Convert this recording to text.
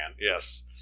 yes